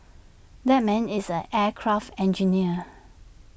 that man is an aircraft engineer